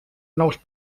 nous